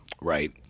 right